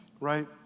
right